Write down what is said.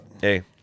Hey